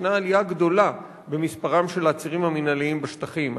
עלייה גדולה במספרם של העצירים המינהליים בשטחים.